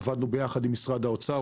עבדנו יחד עם משרד האוצר,